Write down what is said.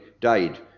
died